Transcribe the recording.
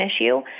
issue